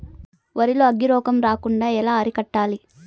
వరి లో అగ్గి రోగం రాకుండా ఎలా అరికట్టాలి?